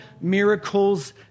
miracles